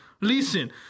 Listen